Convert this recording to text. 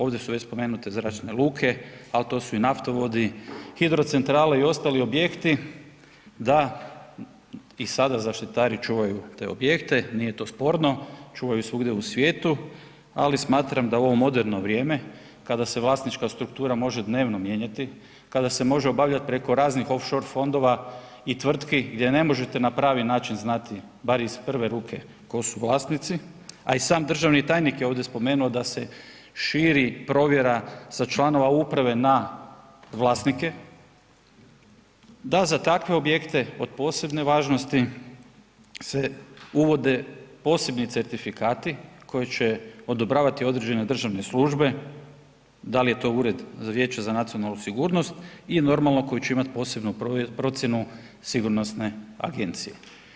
Ovdje su već spomenute zračne luke, al to su i naftovodi, hidrocentrale i ostali objekti da i sada zaštitari čuvaju te objekte, nije to sporno, čuvaju svugdje u svijetu, ali smatra da u ovo moderno vrijeme kada se vlasnička struktura može dnevno mijenjati, kada se može obavljati preko raznih offshore fondova i tvrtki gdje ne možete na pravi način znati, bar iz prve ruke tko su vlasnici, a i sam državni tajnik je ovdje spomenuo da se širi provjera sa članova uprave na vlasnike, da za takve objekte od posebne važnosti se uvode posebni certifikati koje će odobravati određene državne službe, da li je to Ured vijeća za nacionalnu sigurnost i normalno koji će imati posebnu procjenu sigurnosne agencije.